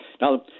Now